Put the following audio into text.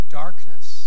darkness